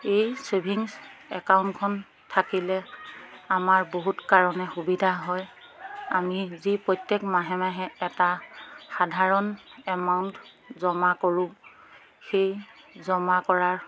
এই ছেভিংছ একাউণ্টখন থাকিলে আমাৰ বহুত কাৰণে সুবিধা হয় আমি যি প্ৰত্যেক মাহে মাহে এটা সাধাৰণ এমাউণ্ট জমা কৰোঁ সেই জমা কৰাৰ